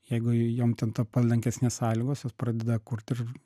jeigu jom ten ta palankesnės sąlygos jos pradeda kurt ir